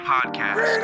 Podcast